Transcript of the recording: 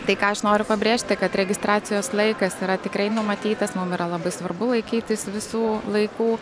tai ką aš noriu pabrėžti kad registracijos laikas yra tikrai numatytas mum yra labai svarbu laikytis visų laikų